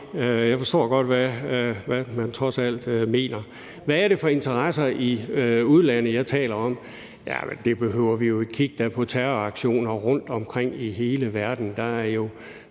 Jeg forstår godt, hvad man trods alt mener. Hvad er det for interesser i udlandet, jeg taler om? Jamen kig da på terroraktioner rundtomkring i hele verden. Der er jo